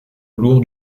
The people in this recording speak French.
lourd